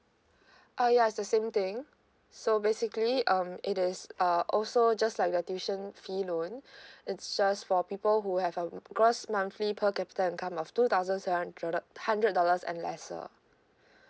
uh ya it's the same thing so basically um it is uh also just like their tuition fee loan it's just for people who have a gross monthly per capita income of two thousand six hundred hundred dollars and lesser